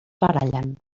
barallen